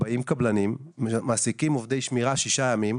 באים קבלנים, מעסיקים עובדי שמירה שישה ימים.